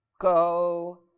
go